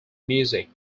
music